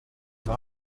have